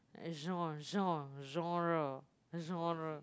gen~ gen~ genre genre